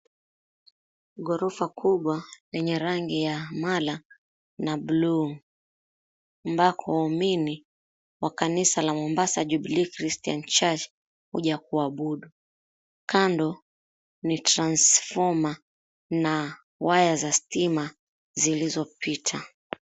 Ghorofa kubwa lenye rangi ya mala na buluu ambako waumini wa kanisa la Mombasa Jubilee Christian Church huja kuabudu. Kando ni transfoma na waya za stima zilizopita.